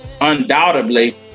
undoubtedly